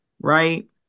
right